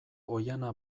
oihana